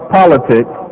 politics